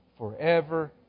Forever